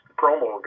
promo